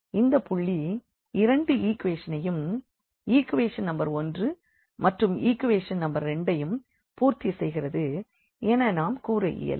இந்தப் புள்ளி இரண்டு ஈக்வேஷன் ஐயும் ஈக்வேஷன் நம்பர் 1 மற்றும் ஈக்வேஷன் நம்பர்2 ஐயும் பூர்த்தி செய்கிறது என நாம் கூற இயலும்